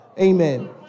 Amen